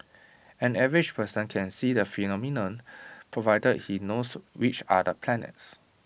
an average person can see the phenomenon provided he knows which are the planets